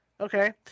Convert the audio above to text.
Okay